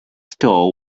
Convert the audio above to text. store